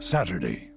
Saturday